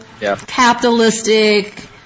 capitalistic